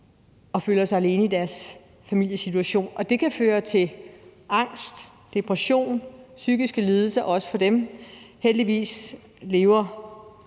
og føler sig alene i deres familiesituation. Og det kan føre til angst, depression, psykiske lidelser også for dem. Heldigvis fører